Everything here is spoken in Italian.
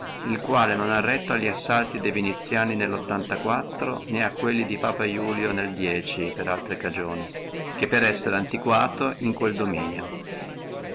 il quale non ha retto alli assalti de viniziani nello né a quelli di papa iulio nel per altre cagioni che per essere antiquato in quello dominio